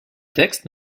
texte